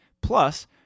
Plus